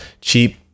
cheap